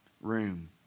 room